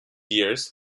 years